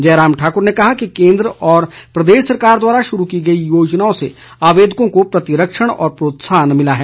जयराम ठाकुर ने कहा कि केंद्र व प्रदेश सरकार द्वारा शुरू की गई योजनाओं से आवेदकों को प्रतिरक्षण व प्रोत्साहन मिला है